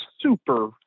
super